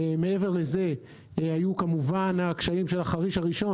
מעבר לזה, היו כמובן הקשיים של החריש הראשון.